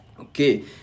Okay